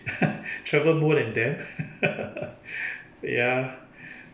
travel more than them ya